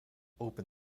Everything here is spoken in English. open